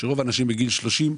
שרוב האנשים בגיל 30,